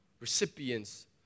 Recipients